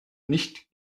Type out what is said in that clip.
nicht